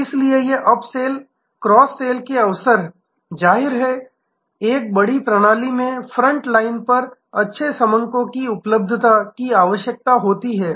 इसलिए ये up sell cross sell के अवसर जाहिर है एक बड़ी प्रणाली में फ्रंट लाइन पर अच्छे समको की उपलब्धता की आवश्यकता होती है